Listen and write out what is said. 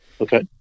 Okay